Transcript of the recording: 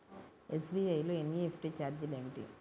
SBI లో NEFT ఛార్జీలు ఏమిటి?